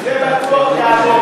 ועדת